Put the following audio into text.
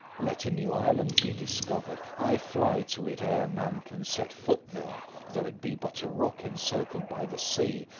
let a new island be discovered, i fly to it ere man can set foot there though it be but a rock encircled by the sea,